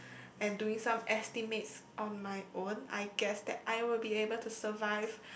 and doing some estimates on my own I guess that I would be able to survive